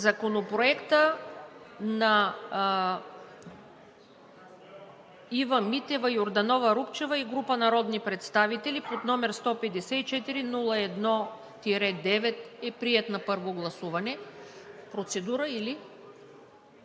Законопроектът на Ива Митева Йорданова-Рупчева и група народни представители, № 154-01-9, е приет на първо гласуване. Процедура?